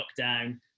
lockdown